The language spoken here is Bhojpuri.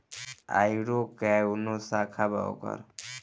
आयूरो काऊनो शाखा बाटे ओकर